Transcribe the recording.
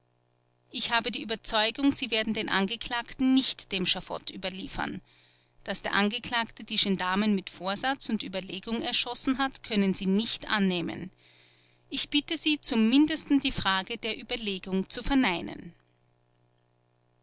ich habe die überzeugung sie werden den angeklagten nicht dem schafott überliefern daß der angeklagte die gendarmen mit vorsatz und überlegung erschossen hat können sie nicht annehmen ich bitte sie zum mindesten die frage der überlegung zu verneinen